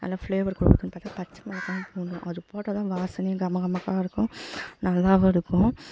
நல்லா ஃப்ளேவர் கொடுக்கும் அப்போ தான் பச்சைமொளகாவும் போடணும் அது போட்டால் தான் வாசனையும் கம கமக்க இருக்கும் நல்லாவும் இருக்கும்